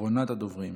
אחרונת הדוברים.